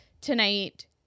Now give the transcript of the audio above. tonight